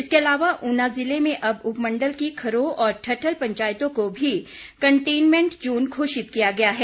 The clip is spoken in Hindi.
इसके अलावा ऊना ज़िले में अंब उपमंडल की खरोह और ठठल पंचायतों को भी कंटेनमेंट जोन घोषित किया गया है